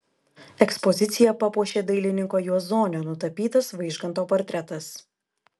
ekspoziciją papuošė dailininko juozonio nutapytas vaižganto portretas